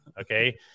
okay